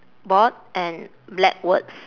board and black words